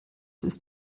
ist